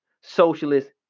socialist